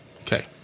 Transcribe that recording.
Okay